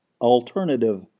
alternative